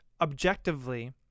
objectively